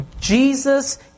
Jesus